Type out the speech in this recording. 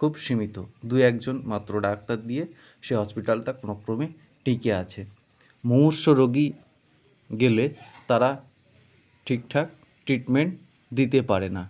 খুব সীমিত দুই একজন মাত্র ডাক্তার দিয়ে সে হসপিটালটা কোনোক্রমে টিকে আছে মুমূর্ষ রোগী গেলে তারা ঠিকঠাক ট্রিটমেন্ট দিতে পারে না